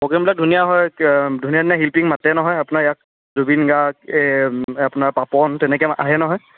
প্ৰগ্ৰেমবিলাক ধুনীয়া হয় ধুনীয়া ধুনীয়া শিল্পীক মাতে নহয় আপোনাৰ ইয়াত জুবিন গাৰ্গ আপোনাৰ পাপন তেনেকৈ আহে নহয়